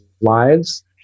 lives